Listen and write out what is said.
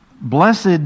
Blessed